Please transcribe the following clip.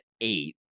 eight